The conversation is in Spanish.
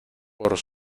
por